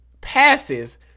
passes